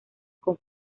con